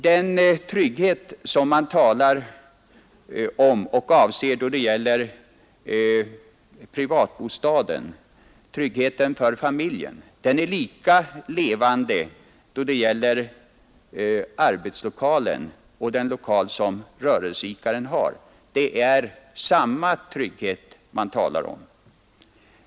Den trygghet som man avser då det gäller privatbostaden, tryggheten för familjen, är en lika levande realitet då det gäller arbetslokalen och den lokal som rörelseidkaren har. Det är samma trygghet man talar om.